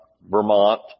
Vermont